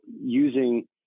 using